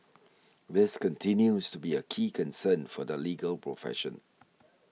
this continues to be a key concern for the legal profession